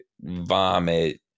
vomit